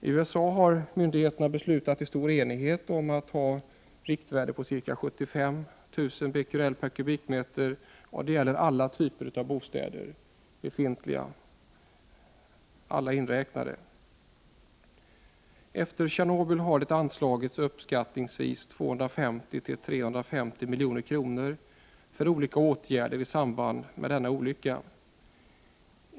I USA har myndigheterna i stor enighet beslutat om ett riktvärde på ca 70 Bq/m?, och det gäller alla typer av bostäder, befintliga inräknade. Efter Tjernobyl har det anslagits uppskattningsvis 250-350 milj.kr. för olika åtgärder i samband med denna olycka.